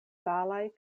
palaj